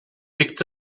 tikt